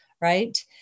right